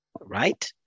right